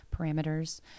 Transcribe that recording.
parameters